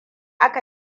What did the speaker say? aka